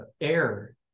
air